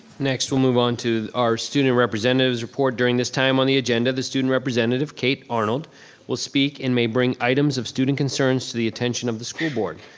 next we'll move onto our student representative's report. during this time on the agenda our student representative kate arnold will speak and may bring items of student concerns to the attention of the school board.